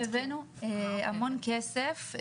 אנחנו הבאנו המון כסף.